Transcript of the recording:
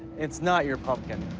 it's not your pumpkin.